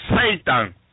Satan